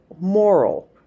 moral